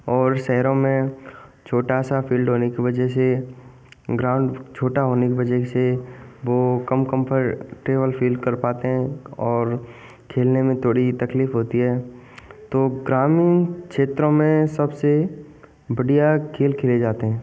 और शहरों में छोटा सा फील्ड होने की वजह से ग्राउंड छोटा होने की वजह से वह कम कम्फ टेबल फील कर पाते हैं और खेलने में थोड़ी तकलीफ होती है तो ग्रामीण क्षेत्रों में सबसे बढ़िया खेल खेले जाते हैं